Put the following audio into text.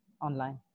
online